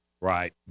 Right